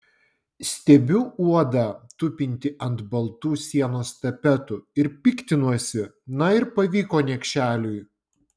stebiu uodą tupintį ant baltų sienos tapetų ir piktinuosi na ir pavyko niekšeliui